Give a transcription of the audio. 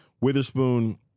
Witherspoon